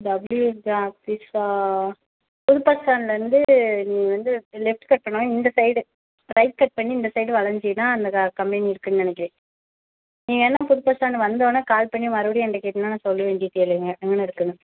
double U H ஆஃபிஸ்ஸா புது bus ஸ்டான்ட்லருந்து நீ வந்து லெஃப்ட் கட் பண்ணாவே இந்த சைடு ரைட் கட் பண்ணி இந்த சைடு வளஞ்சின்னா அந்த க கம்பெனி இருக்குன்னு நினைக்கிறேன் நீ வேணா புது பஸ் ஸ்டாண்டு வந்தவொன்னே கால் பண்ணி மறுபடியும் ஏன்கிட்ட கேட்டின்னா நான் சொல்லுவேன் டீட்டெயில் இங்கே எங்கே இருக்குன்னு